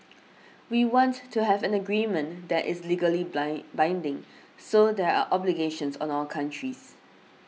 we want to have an agreement that is legally blind binding so there are obligations on all countries